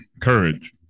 courage